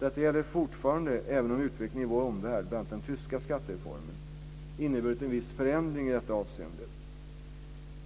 Detta gäller fortfarande även om utvecklingen i vår omvärld, bl.a. den tyska skattereformen, inneburit en viss förändring i detta avseende.